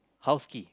house key